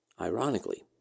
Ironically